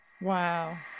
Wow